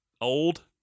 Old